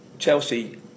Chelsea